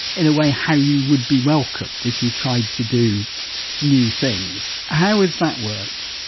in a way, how you would be welcomed if you tried to do new things. how has that worked?